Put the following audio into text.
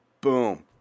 boom